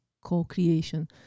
co-creation